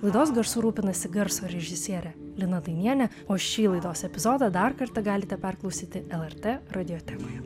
laidos garsu rūpinasi garso režisierė lina dainienė o šį laidos epizodą dar kartą galite perklausyti lrt radiotekoje